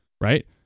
Right